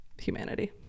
humanity